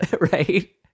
Right